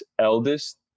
eldest